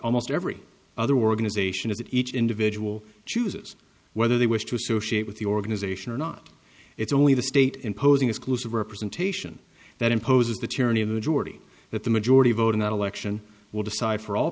almost every other working as ation is that each individual chooses whether they wish to associate with the organization or not it's only the state imposing exclusive representation that imposes the tyranny of the majority that the majority vote in an election will decide for all